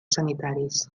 sanitaris